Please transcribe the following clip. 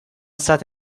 sat